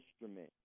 instrument